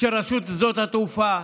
של רשות שדות התעופה,